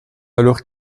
alors